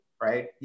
Right